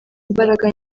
imbaraga